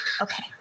Okay